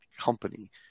company